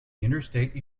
interstate